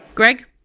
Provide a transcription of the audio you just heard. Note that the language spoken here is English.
greg,